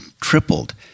tripled